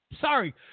Sorry